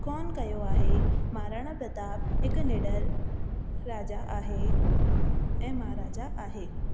कोन्ह कयो आहे महाराणा प्रताप हिकु निडर राजा आहे ऐं माराजा आहे